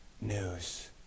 news